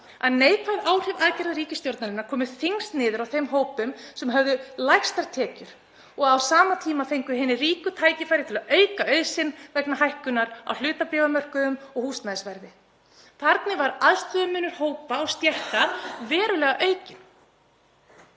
að neikvæð áhrif aðgerða ríkisstjórnarinnar komi þyngst niður á þeim hópum sem höfðu lægstar tekjur. Á sama tíma fengu hinir ríku tækifæri til að auka auð sinn vegna hækkunar á hlutabréfamörkuðum og húsnæðisverði. Þarna var aðstöðumunur hópa og stétta verulega aukinn.